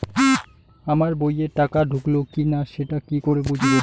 আমার বইয়ে টাকা ঢুকলো কি না সেটা কি করে বুঝবো?